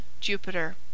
JUPITER